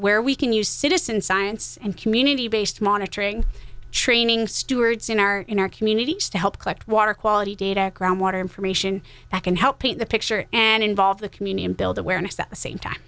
where we can use citizen science and community based monitoring training stewards in our in our communities to help collect water quality data groundwater information that can help paint the picture and involve the communion build awareness at the same time